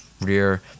rear